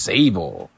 Sable